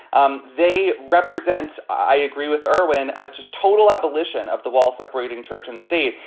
um they represent. i agree with erwin, ah just total abolition of the wall separating church and state.